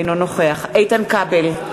אינו נוכח איתן כבל,